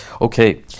Okay